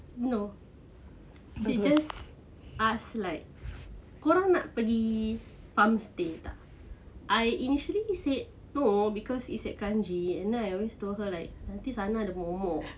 no she just ask like korang nak pergi farm stay tak I initially said no because it's at kranji and I always told her like nanti sana ada momok